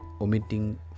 omitting